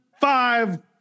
five